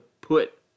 put